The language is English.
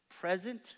present